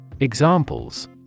Examples